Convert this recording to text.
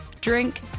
drink